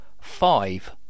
Five